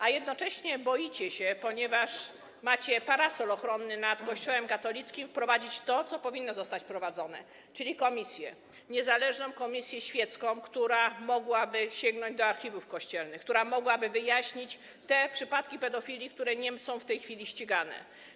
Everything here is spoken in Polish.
A jednocześnie, ponieważ macie parasol ochronny nad Kościołem katolickim, boicie się wprowadzić to, co powinno zostać wprowadzone, czyli komisję, niezależną komisję świecką, która mogłaby sięgnąć do archiwów kościelnych, która mogłaby wyjaśnić te przypadki pedofilii, które nie są w tej chwili ścigane.